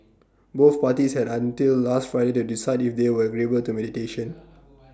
both parties had until last Friday to decide if they were agreeable to mediation